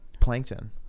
plankton